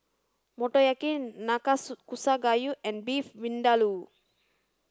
Motoyaki Nanakusa Gayu and Beef Vindaloo